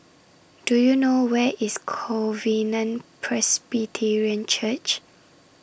Do YOU know Where IS Covenant Presbyterian Church